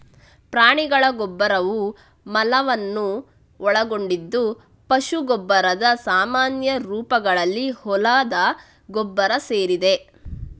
ಪ್ರಾಣಿಗಳ ಗೊಬ್ಬರವು ಮಲವನ್ನು ಒಳಗೊಂಡಿದ್ದು ಪಶು ಗೊಬ್ಬರದ ಸಾಮಾನ್ಯ ರೂಪಗಳಲ್ಲಿ ಹೊಲದ ಗೊಬ್ಬರ ಸೇರಿದೆ